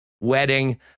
wedding